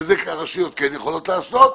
שאת זה הרשויות כן יכולות לעשות,